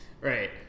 Right